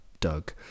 Doug